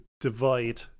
divide